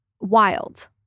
wild